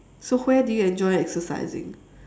so where do you enjoy exercising